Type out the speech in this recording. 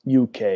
UK